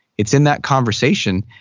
it's in that conversation.